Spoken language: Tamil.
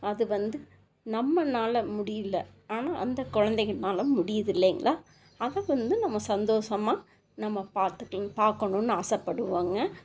அது வந்து நம்மனால் முடியல ஆனால் அந்த குழந்தைங்கனால முடியுதில்லைங்களா அதை வந்து நம்ம சந்தோஷமாக நம்ம பார்த்துக்கணும் பார்க்கணுன்னு ஆசைப்படுவாங்க